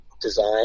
design